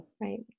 Right